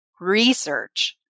research